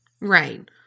Right